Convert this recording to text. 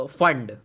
fund